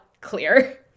clear